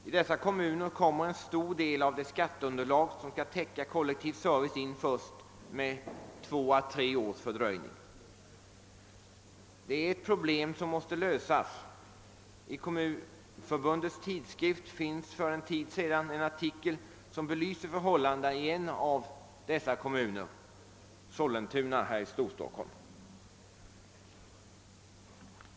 I dessa kommuner kommer en stor del av det skatteunderlag som skall täcka kollektiv service in först med två å tre års fördröjning. Det är ett problem som måste lösas. I Kommunförbundets tidskrift fanns för en tid sedan en artikel, som belyser förhållandena i en av dessa kommuner, Sollentuna i Storstockholm.